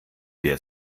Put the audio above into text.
der